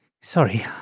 Sorry